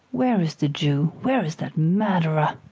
where is the jew? where is that murderer?